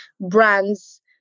brands